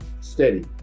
steady